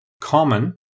Common